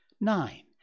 Nine